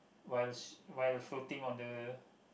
while s~ while floating on the